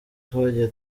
twagiye